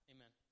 Amen